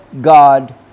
God